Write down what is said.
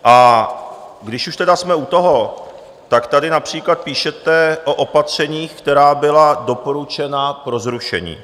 A když už tedy jsme u toho, tak tady například píšete o opatřeních, která byla doporučena pro zrušení.